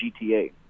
GTA